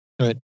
Right